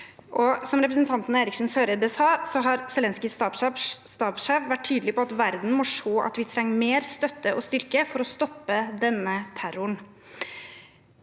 som representanten Eriksen Søreide sa, har Zelenskyjs stabssjef vært tydelig på at verden må se at de trenger mer støtte og styrke for å stoppe terroren.